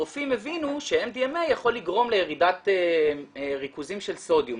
הרופאים הבינו ש-MDMA יכול לגרום לירידת ריכוזים של סודיום,